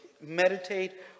Meditate